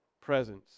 presence